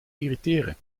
irriteren